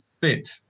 fit